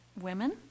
women